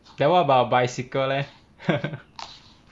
then what about bicycle leh 呵呵